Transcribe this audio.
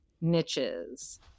niches